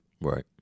Right